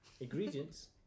ingredients